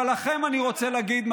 אבל לכם אני רוצה להגיד,